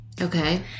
Okay